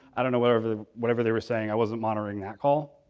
i don't know whatever they whatever they were saying, i wasn't monitoring that call.